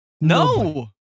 No